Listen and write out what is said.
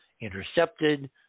intercepted